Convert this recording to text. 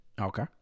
Okay